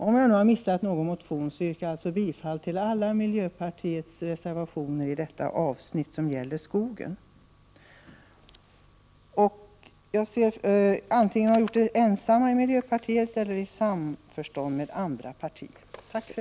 Om jag har missat någon reservation, yrkar jag nu i det avsnitt som gäller skogen bifall till alla de reservationer som miljöpartiet står bakom, antingen ensamt eller i samförstånd med andra partier. Tack för ordet.